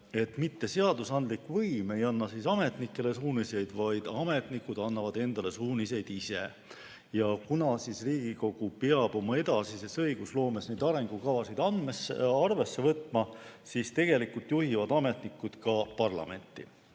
mitte seadusandlik võim ei anna ametnikele suuniseid, vaid ametnikud annavad endale suuniseid ise. Kuna Riigikogu peab edasises õigusloomes neid arengukavasid arvesse võtma, siis tegelikult juhivad ametnikud ka parlamenti.